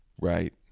right